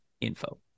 info